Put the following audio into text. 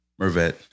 Mervet